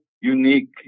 unique